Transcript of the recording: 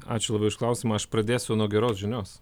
ačiū labai už klausimą aš pradėsiu nuo geros žinios